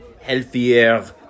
Healthier